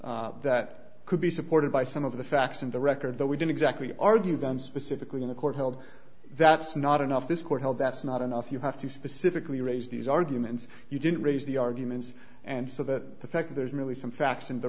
raised that could be supported by some of the facts in the record that we don't exactly argue them specifically in the court held that's not enough this court held that's not enough you have to specifically raise these arguments you didn't raise the arguments and so that the fact that there's really some facts in the